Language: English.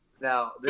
now